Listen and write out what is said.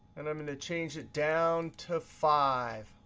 and i'm going to change it down to five